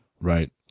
Right